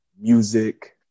music